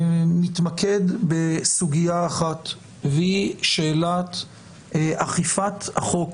מתמקד בסוגייה אחת והיא שאלת אכיפת החוק